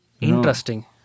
Interesting